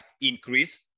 increase